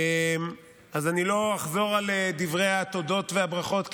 אז אני לא אחזור על דברי התודות והברכות,